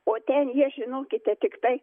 o ten jie žinokite tiktai